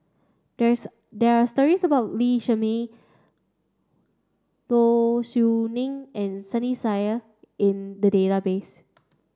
there is there are stories about Lee Shermay Low Siew Nghee and Sunny Sia in the database